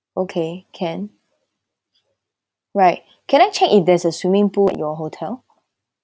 okay can right can I check if there's a swimming pool at your hotel